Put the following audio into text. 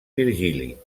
virgili